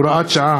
הוראת שעה),